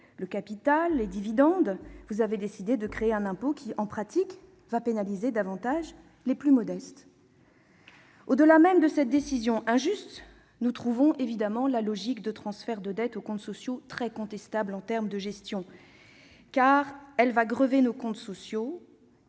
le capital, les dividendes, vous avez décidé de créer un impôt qui, en pratique, va pénaliser davantage les plus modestes. Au-delà même de cette décision injuste, nous trouvons la logique de transfert de dette aux comptes sociaux très contestable en termes de gestion. En effet, cette décision va grever nos comptes sociaux,